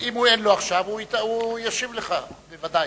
אם אין לו עכשיו, הוא ישיב לך בוודאי.